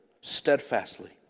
steadfastly